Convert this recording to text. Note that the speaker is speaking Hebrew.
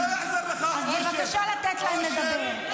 אז בבקשה, לתת להם לדבר.